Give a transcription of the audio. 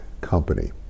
company